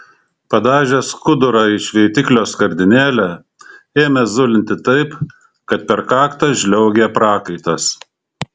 padažęs skudurą į šveitiklio skardinėlę ėmė zulinti taip kad per kaktą žliaugė prakaitas